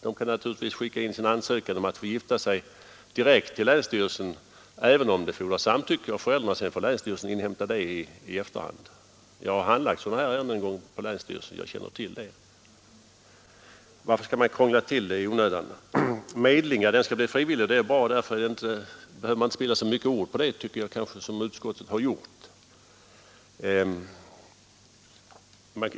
De kan naturligtvis skicka in sin ansökan om att få gifta sig direkt till länsstyrelsen, även om det fordras samtycke av föräldrarna — länsstyrelsen får inhämta det i efterhand. Jag har handlagt sådana här ärenden en gång på en länsstyrelse, och jag känner till detta. Varför skall man krångla till det i onödan? Medlingen skall bli frivillig. Det är bra, och därför behöver man inte spilla så många ord på det, tycker jag, som utskottet har gjort.